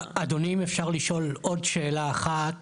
אדוני, אם אפשר לשאול עוד שאלה אחת שנוגעת,